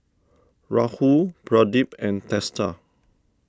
Rahul Pradip and Teesta